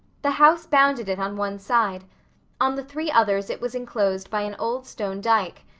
the house bounded it on one side on the three others it was enclosed by an old stone dyke,